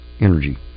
energy